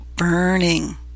burning